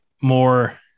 more